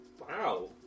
Wow